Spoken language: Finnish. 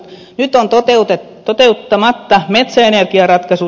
nyt on toteuttamatta metsäenergiaratkaisut